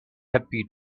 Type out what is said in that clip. happy